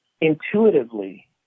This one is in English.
intuitively